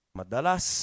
madalas